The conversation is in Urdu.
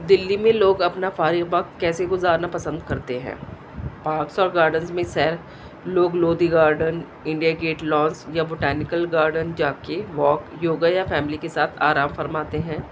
دلی میں لوگ اپنا فارغ وقت کیسے گزارنا پسند کرتے ہیں پارکس اور گارڈنس میں سیر لوگ Lodhi garden India gate lawns یا بوٹانیکل گارڈن جا کے واک یوگا یا فیملی کے ساتھ آرام فرماتے ہیں